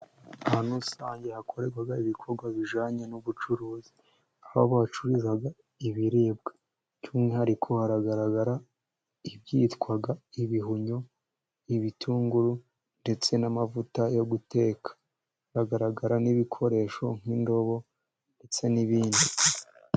Ahantu rusange hakorerwa ibikorwa bijyanye n'ubucuruzi, aho bacuruza ibiribwa, by'umwihariko hagaragara ibyitwa ibihumyo, ibitunguru ndetse n'amavuta yo guteka, hagaragara n'ibikoresho nk'indobo ndetse n'ibindi.